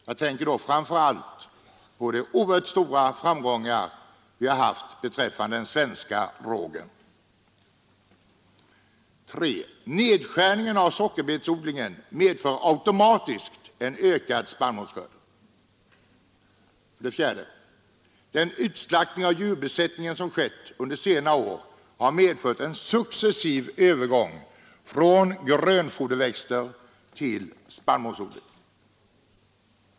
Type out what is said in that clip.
Jag tänker då framför allt på de oerhört stora framgångar som vi har haft med den svenska rågen. 3. Nedskärningen av sockerbetsodlingen medför automatiskt en ökad spannmålsskörd. 4. En utslaktning av djurbesättningar som skett under senare år har medfört en successiv övergång från grönfoderväxter till spannmålsodling.